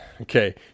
Okay